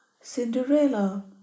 Cinderella